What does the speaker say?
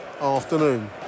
afternoon